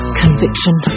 conviction